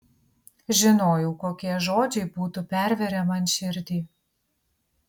žinojau kokie žodžiai būtų pervėrę man širdį